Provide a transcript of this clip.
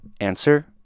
Answer